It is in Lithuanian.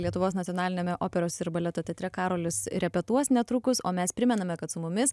lietuvos nacionaliniame operos ir baleto teatre karolis repetuos netrukus o mes primename kad su mumis